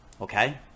Okay